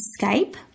Skype